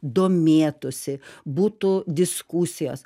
domėtųsi būtų diskusijos